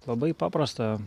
labai paprasta